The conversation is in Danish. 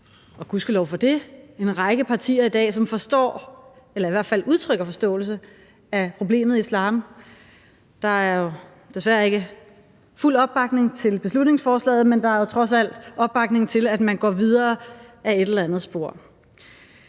og gudskelov for det – en række partier i dag, som forstår eller i hvert fald udtrykker forståelse med hensyn til problemet islam. Der er jo desværre ikke fuld opbakning til beslutningsforslaget, men der er trods alt opbakning til, at man går videre ad et eller andet spor.